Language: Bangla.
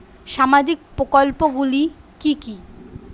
সামাজিক প্রকল্পগুলি কি কি?